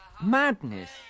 Madness